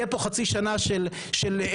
תהיה פה חצי שנה של הדרכה,